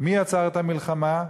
מי יצר את המלחמה?